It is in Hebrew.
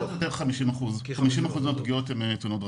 כ-50% מהפגיעות הן תאונות דרכים.